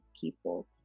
people